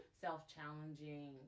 self-challenging